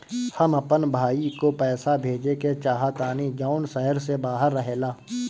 हम अपन भाई को पैसा भेजे के चाहतानी जौन शहर से बाहर रहेला